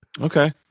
Okay